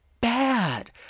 bad